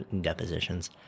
depositions